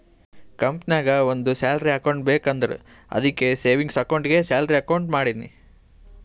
ಕಂಪನಿನಾಗ್ ಒಂದ್ salary account ಬೇಕ್ ಅಂದುರ್ ಅದ್ದುಕ್ ಸೇವಿಂಗ್ಸ್ ಅಕೌಂಟ್ಗೆ ಸ್ಯಾಲರಿ ಅಕೌಂಟ್ ಮಾಡಿನಿ